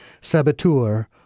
saboteur